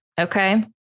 Okay